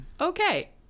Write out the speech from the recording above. Okay